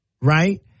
right